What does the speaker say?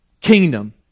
kingdom